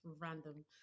random